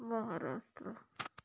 Maharashtra